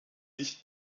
nicht